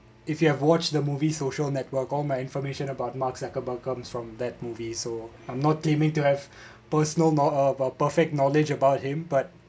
if you have watched the movie social network all my information about mark zuckerberg comes from that movie so I'm not claiming to have personal kno~ uh uh perfect knowledge about him but